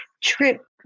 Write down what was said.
trip